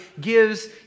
gives